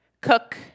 cook